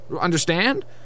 Understand